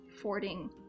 fording